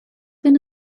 been